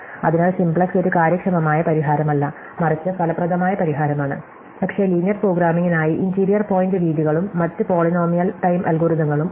അതിനാൽ സിംപ്ലക്സ് ഒരു കാര്യക്ഷമമായ പരിഹാരമല്ല മറിച്ച് ഫലപ്രദമായ പരിഹാരമാണ് പക്ഷേ ലീനിയർ പ്രോഗ്രാമിംഗിനായി ഇന്റീരിയർ പോയിന്റ് രീതികളും മറ്റ് പോളിനോമിയൽ ടൈം അൽഗോരിതങ്ങളും ഉണ്ട്